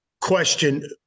question